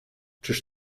czyż